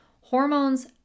Hormones